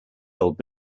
old